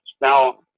now